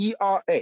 ERA